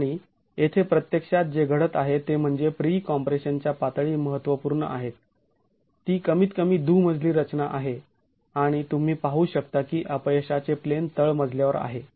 आणि येथे प्रत्यक्षात जे घडत आहे ते म्हणजे प्री कॉम्प्रेशन च्या पातळी महत्त्वपूर्ण आहेत ती कमीत कमी दुमजली रचना आहे आणि तुम्ही पाहू शकता की अपयशाचे प्लेन तळमजल्यावर आहे